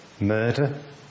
murder